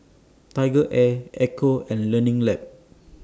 Tiger Air Ecco and Learning Lab